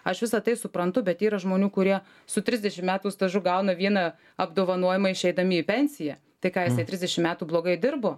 aš visa tai suprantu bet yra žmonių kurie su trisdešim metų stažu gauna vieną apdovanojimą išeidami į pensiją tai ką jisai trisdešim metų blogai dirbo